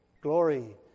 Glory